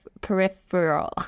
Peripheral